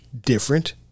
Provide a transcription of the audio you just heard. different